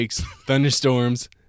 thunderstorms